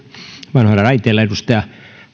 vanhoilla raiteilla edustaja